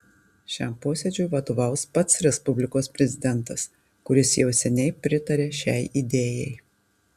šiam posėdžiui vadovaus pats respublikos prezidentas kuris jau seniai pritaria šiai idėjai